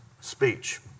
speech